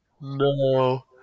No